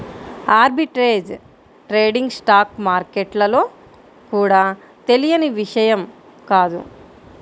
arbitrage trading stock మార్కెట్లలో కూడా తెలియని విషయం కాదు